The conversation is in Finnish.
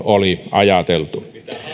oli ajateltu